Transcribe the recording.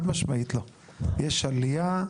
יש עליה,